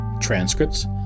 Transcripts